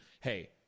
Hey